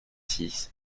six